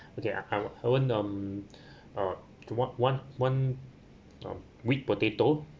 okay I I want um uh the one one um whipped potato